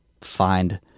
find